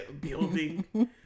Building